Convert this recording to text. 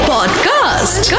Podcast